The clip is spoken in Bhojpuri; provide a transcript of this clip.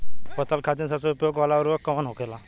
फसल के खातिन सबसे उपयोग वाला उर्वरक कवन होखेला?